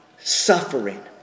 Suffering